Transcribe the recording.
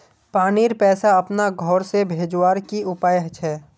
पानीर पैसा अपना घोर से भेजवार की उपाय छे?